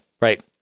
right